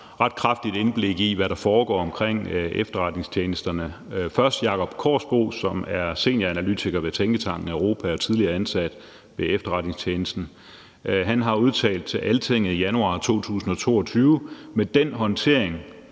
ret kraftigt indblik i, hvad der foregår omkring efterretningstjenesterne. Først er det Jacob Kaarsbo, som er senioranalytiker ved Tænketanken EUROPA og tidligere ansat ved efterretningstjenesten. Han skriver i Altinget i januar 2022 omkring